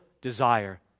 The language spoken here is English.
desire